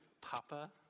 Papa